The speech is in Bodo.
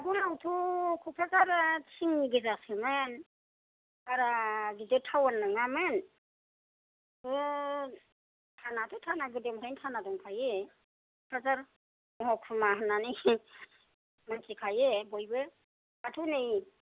आगोलावथ' कक्राझारा तिं गोजासोमोन बारा बिदि टावन नङामोन थाना थ' थाना गोदोनिफ्रायनो थाना दंखायो कक्राझार महखुमा होननानै मिथिखायो बयबो दाथ' नै